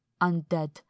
undead